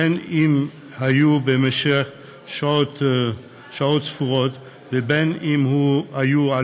בין שהיו במשך שעות ספורות ובין שהיו על